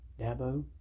Dabo